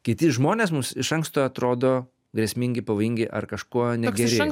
kiti žmonės mums iš anksto atrodo grėsmingi pavojingai ar kažkuo negeri